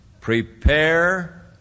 Prepare